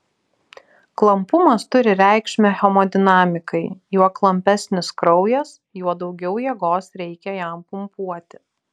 klampumas turi reikšmę hemodinamikai juo klampesnis kraujas juo daugiau jėgos reikia jam pumpuoti